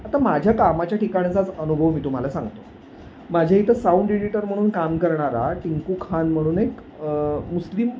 आता माझ्या कामाच्या ठिकाणचाच अनुभव मी तुम्हाला सांगतो माझ्या इथं साऊंड एडिटर म्हणून काम करणारा टिंकू खान म्हणून एक मुस्लिम